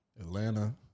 Atlanta